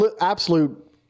absolute